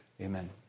Amen